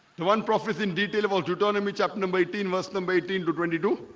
the one prophet in detail of all deuteronomy chapter number eighteen verse number eighteen to twenty two